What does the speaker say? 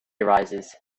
rises